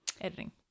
editing